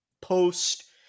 post